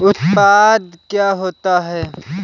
उत्पाद क्या होता है?